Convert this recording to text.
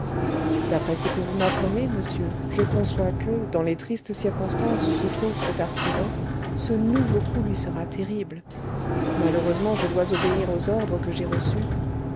d'après ce que vous m'apprenez monsieur je conçois que dans les tristes circonstances où se trouve cet artisan ce nouveau coup lui sera terrible malheureusement je dois obéir aux ordres que j'ai reçus